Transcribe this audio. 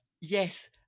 Yes